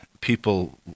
people